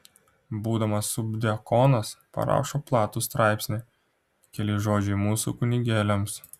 būdamas subdiakonas parašo platų straipsnį keli žodžiai mūsų kunigėliams